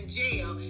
jail